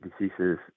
Diseases